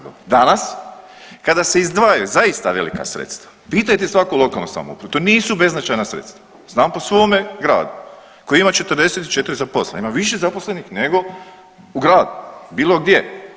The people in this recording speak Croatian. Danas kada se izdvajaju zaista velika sredstva, pitajte svaku lokalnu samoupravu, to nisu beznačajna sredstva, znam po svome gradu koji ima 44 zaposlena, ima više zaposlenih nego u gradu, bilo gdje.